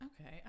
Okay